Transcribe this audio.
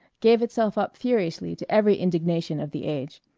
gave itself up furiously to every indignation of the age.